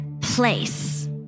place